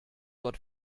dort